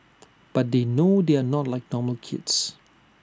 but they know they are not like normal kids